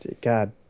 God